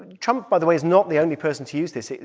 but trump, by the way, is not the only person to use this.